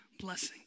blessing